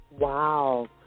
Wow